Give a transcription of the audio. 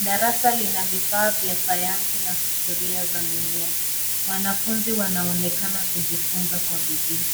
Darasa lina vifaa vya sayansi na sufuria za mimea, wanafunzi wanaonekana kujifunza kwa bidii.